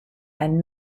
and